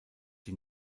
die